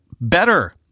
better